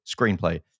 screenplay